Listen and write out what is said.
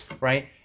right